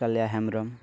Kaliya Hembrom